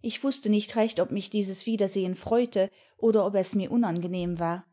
ich wußte nicht recht ob mich dieses wiedersehen freute oder ob es mir unangenehm war